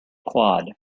quad